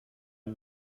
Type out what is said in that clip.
now